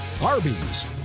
Arby's